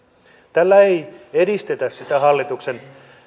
tällä ei edistetä hallituksen